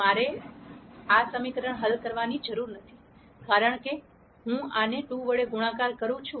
મારે આ સમીકરણ હલ કરવાની જરૂર નથી કારણ કે હું આને 2 વડે ગુણાકાર કરું છું